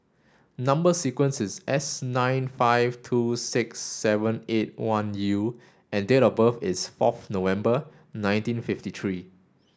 number sequence is S nine five two six seven eight one U and date of birth is fourth November nineteen fifty three